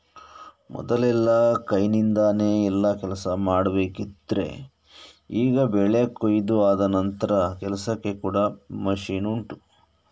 ಮೊದಲೆಲ್ಲ ಕೈನಿಂದಾನೆ ಎಲ್ಲಾ ಕೆಲ್ಸ ಮಾಡ್ಬೇಕಿದ್ರೆ ಈಗ ಬೆಳೆ ಕೊಯಿದು ಆದ ನಂತ್ರದ ಕೆಲ್ಸಕ್ಕೆ ಕೂಡಾ ಮಷೀನ್ ಉಂಟು